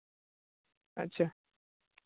ᱟᱪᱪᱷᱟ